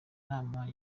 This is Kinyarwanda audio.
nama